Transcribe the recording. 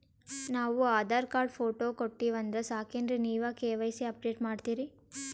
ನಾವು Aadhaar card, photo ಕೊಟ್ಟೀವಂದ್ರ ಸಾಕೇನ್ರಿ ನೀವ ಕೆ.ವೈ.ಸಿ ಅಪಡೇಟ ಮಾಡ್ತೀರಿ?